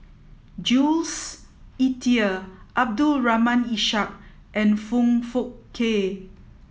Jules Itier Abdul Rahim Ishak and Foong Fook Kay